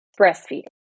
breastfeeding